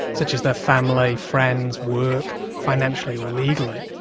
such as their family, friends, work, financially, or legally.